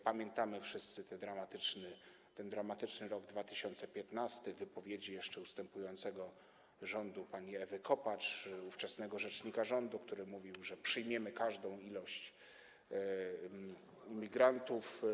Pamiętamy wszyscy ten dramatyczny rok 2015, wypowiedzi członków ustępującego rządu pani Ewy Kopacz, ówczesnego rzecznika rządu, który mówił, że przyjmiemy każdą ilość imigrantów.